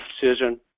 decision